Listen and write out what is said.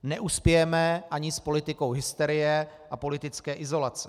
Neuspějeme ani s politikou hysterie a politické izolace.